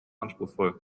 anspruchsvoll